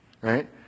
Right